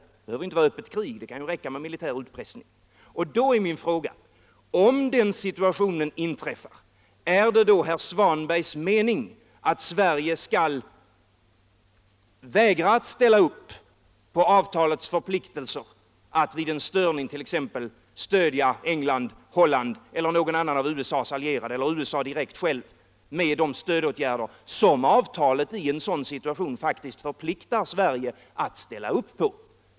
Det behöver inte vara öppet krig, det räcker med militär utpressning. Då är min fråga: Om den situationen inträffar, är det då herr Svanbergs mening att Sverige skall vägra ställa upp och stödja England, Holland eller någon annan av USA:s allierade eller USA direkt med de åtgärder som avtalet faktiskt förpliktar Sverige att göra?